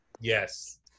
yes